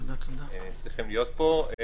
אנחנו שמחים להיות פה.